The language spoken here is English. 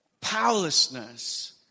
powerlessness